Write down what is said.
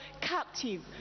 captive